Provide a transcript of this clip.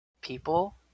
people